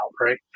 right